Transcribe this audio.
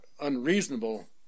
unreasonable